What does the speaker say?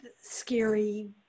scary